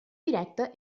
directa